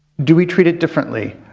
do we treat it differently?